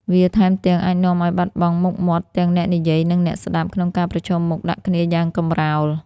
វាថែមទាំង អាចនាំឱ្យបាត់បង់មុខមាត់ទាំងអ្នកនិយាយ និងអ្នកស្តាប់ ក្នុងការប្រឈមមុខដាក់គ្នាយ៉ាងកម្រោល។